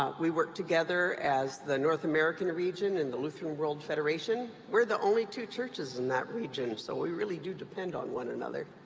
ah we work together as the north american region and the lutheran world federation. we're the only two churches in that region, so we really do depend on one another.